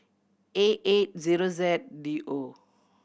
A eight zero Z D O